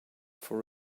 for